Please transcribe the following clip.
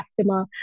customer